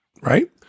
right